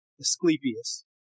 Asclepius